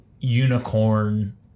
unicorn